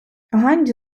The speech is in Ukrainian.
ганді